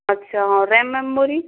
अच्छा RAM memory